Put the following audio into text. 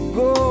go